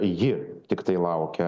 ji tiktai laukia